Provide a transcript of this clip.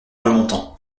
remontant